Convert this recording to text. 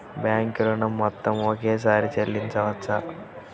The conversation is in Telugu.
బ్యాంకు ఋణం మొత్తము ఒకేసారి చెల్లించవచ్చా?